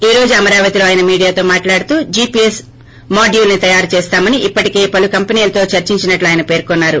ఈ రోజు అమరావతిలో ఆయన మీడియాతో మాట్లాడుతూ జీపీఎస్ మోడ్యూల్ ని తయారు చేస్తామని ఇప్పటికే పలు కంపెనీలతో చర్చించినట్లు ఆయన పేర్కొన్నారు